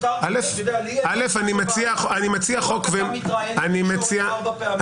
לא רק אתה מתראיין לתקשורת ארבע פעמים ביום.